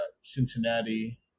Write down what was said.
cincinnati